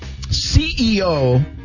CEO